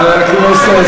בסדר, קיבלתי.